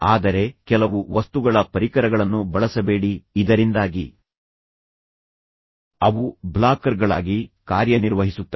ಆದರೆ ಕೆಲವು ವಸ್ತುಗಳ ಪರಿಕರಗಳನ್ನು ಬಳಸಬೇಡಿ ಇದರಿಂದಾಗಿ ಅವು ಬ್ಲಾಕರ್ಗಳಾಗಿ ಕಾರ್ಯನಿರ್ವಹಿಸುತ್ತವೆ